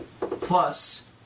plus